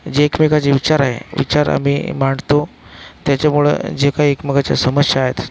जे एकमेकाचे विचार आहे विचार आम्ही मांडतो त्याच्यामुळं जे काही एकमेकाच्या समस्या आहेत